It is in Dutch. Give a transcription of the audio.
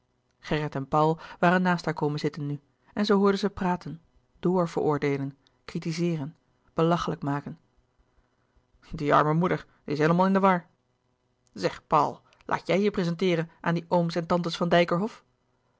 en paul waren naast haar komen zitten nu en zij hoorde ze praten doorveroordeelen kritizeeren belachelijk maken die arme moeder die is heelemaal in de war zeg paul laat j i j je prezenteeren aan die ooms en tantes van dijkerhof